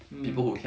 um